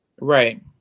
Right